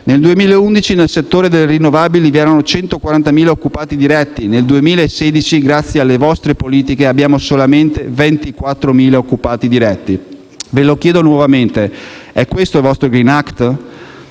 Nel 2011, nel settore delle rinnovabili vi erano 140.000 occupati diretti; nel 2016, grazie alle vostre politiche, ne abbiamo solamente 24.000. Ve lo chiedo nuovamente: è questo il vostro *Green Act*?